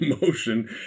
emotion